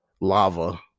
lava